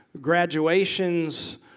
graduations